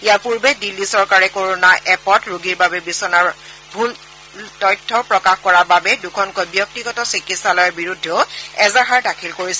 ইয়াৰ পুৰ্বে দিল্লী চৰকাৰে কৰোনা এপত ৰোগীৰ বাবে বিচনাৰ ভূল তথ্য প্ৰকাশ কৰাৰ বাবে দুখনকৈ ব্যক্তিগত চিকিৎসালয়ৰ বিৰুদ্ধেও এজাহাৰ দাখিল কৰিছিল